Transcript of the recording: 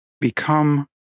become